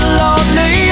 lonely